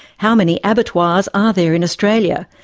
how many abattoirs are there in australia?